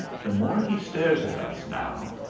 the more he stares at us now,